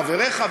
חבריך,